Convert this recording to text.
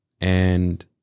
and-